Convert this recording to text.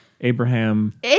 Abraham